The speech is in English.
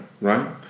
right